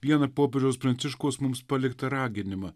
vieną popiežiaus pranciškaus mums paliktą raginimą